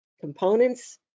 components